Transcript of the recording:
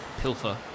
Pilfer